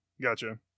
Gotcha